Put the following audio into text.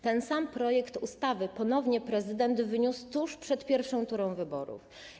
Ten sam projekt ustawy prezydent wniósł tuż przed pierwszą turą wyborów.